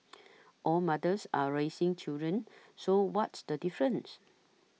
all mothers are raising children so what's the difference